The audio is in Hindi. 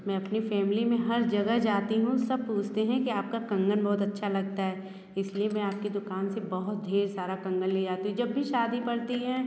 मैं अपनी फैमिली में हर जगह जाती हूँ सब पूछते हैं कि आपका कंगन बहुत अच्छा लगता है इसलिए मैं आप के दुकान से बहुत ढ़ेर सारा कंगन ले जाती हूँ जब भी शादी पड़ती है